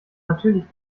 natürlich